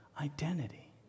identity